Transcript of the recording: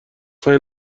سعی